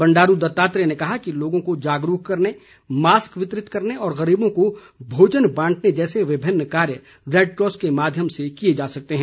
बंडारू दत्तात्रेय ने कहा कि लोगों को जागरूक करने मास्क वितरित करने और गरीबों को भोजन बांटने जैसे विभिन्न कार्य रैडक्रॉस के माध्यम से किए जा सकते हैं